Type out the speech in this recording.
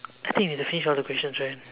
I think we have to finish all the questions right